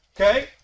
okay